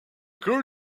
girl